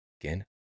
again